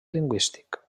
lingüístic